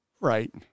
right